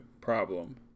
problem